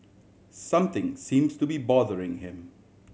something seems to be bothering him